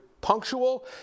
punctual